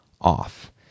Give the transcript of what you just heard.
off